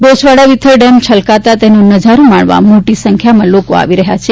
ડોસવાડા વિથર ડેમ છલકાતા તેનો નજારો માણવા મોટી સંખ્યામાં લોકો આવી રહ્યાં છે